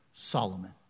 Solomon